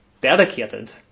dedicated